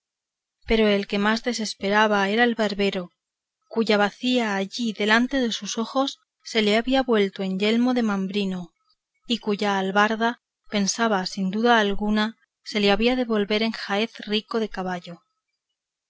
pero el que más se desesperaba era el barbero cuya bacía allí delante de sus ojos se le había vuelto en yelmo de mambrino y cuya albarda pensaba sin duda alguna que se le había de volver en jaez rico de caballo